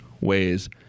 ways